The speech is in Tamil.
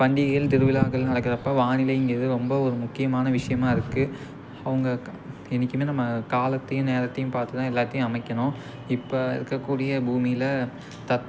பண்டிகைகள் திருவிழாக்கள் நடக்கிறப்ப வானிலைங்கிறது ரொம்ப ஒரு முக்கியமான விஷயமா இருக்குது அவங்க என்றைக்குமே நம்ம காலத்தையும் நேரத்தையும் பார்த்துதான் எல்லாத்தையும் அமைக்கணும் இப்போ இருக்கக்கூடிய பூமியில்